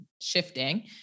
shifting